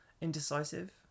indecisive